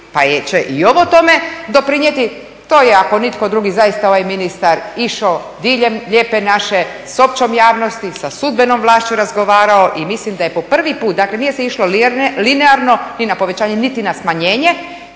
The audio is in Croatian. pa … ovo tome doprinijeti, to je ako nitko drugi zaista ovaj ministar išao diljem lijepe naše, s općom javnosti, sa sudbenom vlašću razgovarao i mislim da je po prvi put, dakle nije se išlo linearno, ni na povećanje, niti na smanjenje